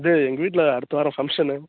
இது எங்கள் வீட்டில் அடுத்த வாரம் ஃபங்க்ஷன்னு